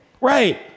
Right